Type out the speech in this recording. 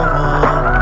one